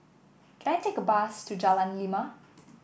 can I take a bus to Jalan Lima